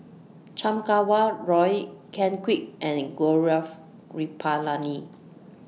Chan Kum Wah Roy Ken Kwek and Gaurav Kripalani